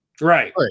right